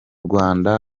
rwanda